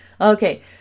Okay